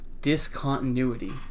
discontinuity